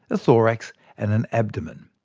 a thorax and an abdomen.